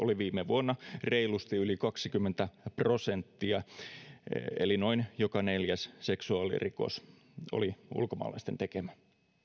oli viime vuonna reilusti yli kaksikymmentä prosenttia eli noin joka neljäs seksuaalirikos oli ulkomaalaisten tekemä